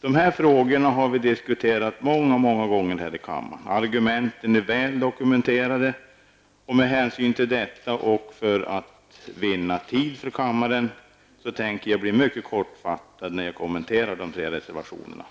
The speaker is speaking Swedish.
De här frågorna har vi diskuterat många gånger här i kammaren. Argumenten är väl dokumenterade. Med hänsyn därtill och för att vinna tid för kammaren skall jag fatta mig mycket kort när jag kommenterar de tre reservationerna.